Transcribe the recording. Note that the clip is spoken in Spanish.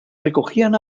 recogían